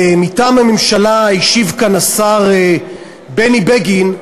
ומטעם הממשלה השיב כאן השר בני בגין,